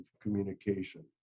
communication